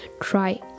try